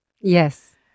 Yes